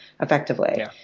effectively